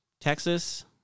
Texas